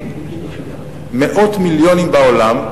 מאות מיליונים בעולם,